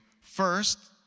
first